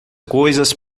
coisas